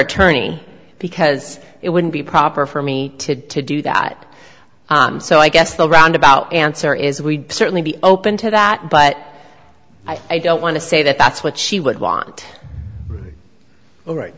attorney because it wouldn't be proper for me to to do that so i guess the roundabout answer is we certainly be open to that but i don't want to say that that's what she would want